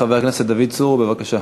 חבר הכנסת דוד צור, בבקשה.